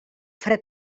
fred